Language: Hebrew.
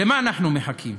למה אנחנו מחכים?